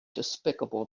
despicable